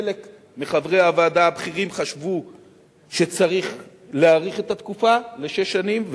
חלק מחברי הוועדה הבכירים חשבו שצריך להאריך את התקופה לשש שנים,